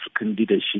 leadership